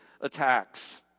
attacks